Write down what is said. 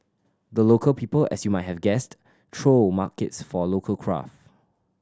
the Local People as you might have guessed throw markets for local craft